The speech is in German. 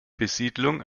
besiedlung